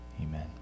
amen